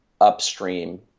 upstream